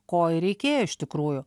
ko reikėjo iš tikrųjų